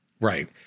Right